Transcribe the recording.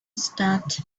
start